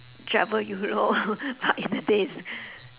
travel europe but in a day it's